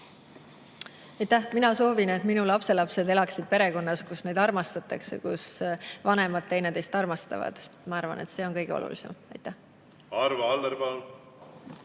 Mina soovin, et minu lapselapsed elaksid perekonnas, kus neid armastatakse, kus vanemad teineteist armastavad. Ma arvan, et see on kõige olulisem. Aitäh! Mina